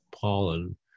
pollen